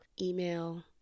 email